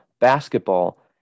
Basketball